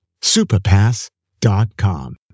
superpass.com